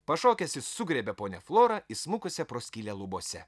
pašokęs jis sugriebė ponią florą įsmukusią pro skylę lubose